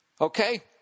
okay